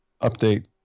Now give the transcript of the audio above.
update